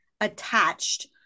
attached